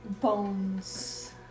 bones